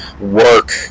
work